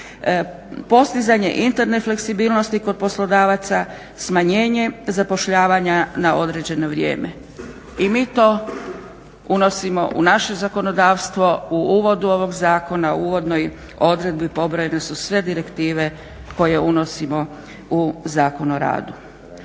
postizanje interne fleksibilnosti kod poslodavaca, smanjenje zapošljavanja na određeno vrijeme. I mi to unosimo u naše zakonodavstvo u uvodu ovog zakona, u uvodnoj odredbi pobrojene su sve direktive koje unosimo u Zakon o radu.